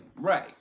Right